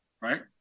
right